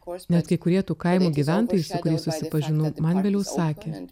net kai kurie tų kaimų gyventojai su kuriais susipažinau man vėliau sakė